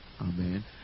Amen